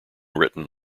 written